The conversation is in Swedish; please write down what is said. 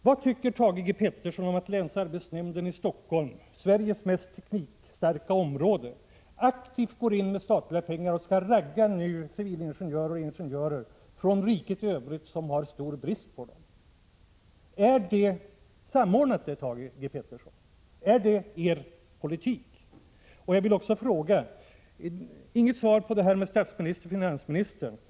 Vad tycker Thage G. Peterson om att länsarbetsnämnden i Stockholm, Sveriges mest teknikstarka område, aktivt går in med statliga pengar och raggar civilingenjörer och ingenjörer från riket i övrigt som har stor brist på dem? Är det samordnat, Thage G. Peterson? Är det er politik? Jag fick inget svar på min fråga om statsministern och finansministern.